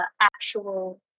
actual